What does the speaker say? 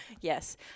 Yes